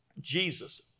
Jesus